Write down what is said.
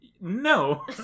No